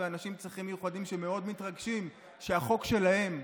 ואנשים עם צרכים מיוחדים שמאוד מתרגשים שהחוק שלהם,